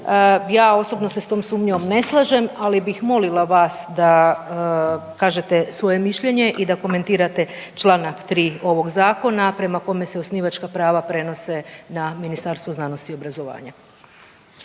Ja osobno se s tom sumnjom ne slažem, ali bih molila vas da kažete svoje mišljenje i da komentirate čl. 3. ovog zakona prema kome se osnivačka prava prenose na Ministarstvo znanosti i obrazovanja.